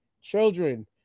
Children